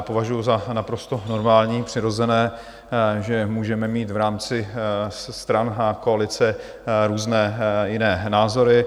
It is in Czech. Považuju za naprosto normální, přirozené, že můžeme mít v rámci stran koalice různé názory.